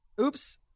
Oops